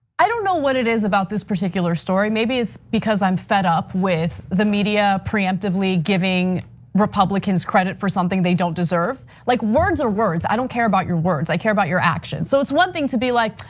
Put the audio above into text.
i don't know what it is about this particular story. maybe it's because i'm fed up with the media preemptively giving republicans credit for something they don't deserve. like words are words. i don't care about your words, i care about your actions. so it's one thing to be like,